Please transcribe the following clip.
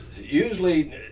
usually